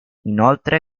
inoltre